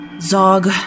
Zog